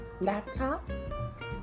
laptop